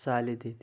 سالے دیتی